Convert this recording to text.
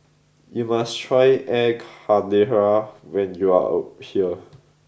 you must try air Karthira when you are here